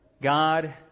God